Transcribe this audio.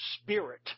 spirit